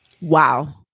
Wow